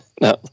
No